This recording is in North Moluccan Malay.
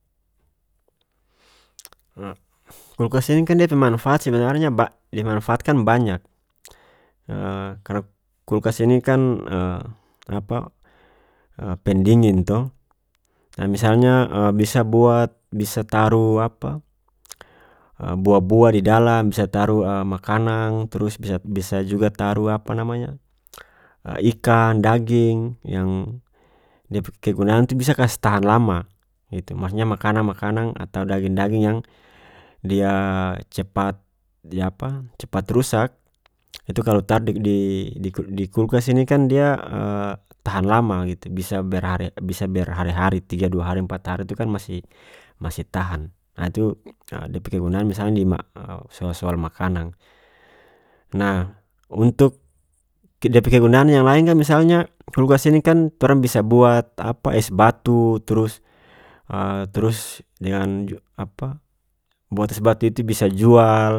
kulkas ini kan dia pe manfaat sebenarnya ba-dimanfaatkan banyak kalu kulkas ini kan apa pendingin to misalnya bisa buat bisa taru apa buah buah di dalam bisa taru makanang trus bisa-bisa juga taru apa namanya ikan daging yang dia pe kegunaan itu bisa kas tahan lama itu maksudnya makanang makanang atau daging daging yang dia cepat dia apa cepat rusak itu kalu taru di di di-di kulkas ini kan dia tahan lama gitu bisa berhare-bisa berhari hari tiga dua hari empat hari itu kan masih-masih tahan ah itu dia pe kegunaan misal soal soal makanang nah untuk ke-dia pe kegunaan yang lain kan misalnya kulkas ini kan torang bisa buat apa es batu turus turus dengan apa buat es batu itu bisa juga jual